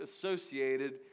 associated